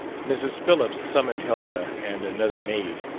mrs. phillips summoned helga and another maid,